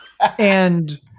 And-